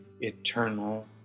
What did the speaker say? eternal